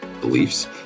beliefs